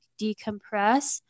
decompress